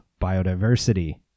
biodiversity